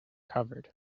covered